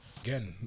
Again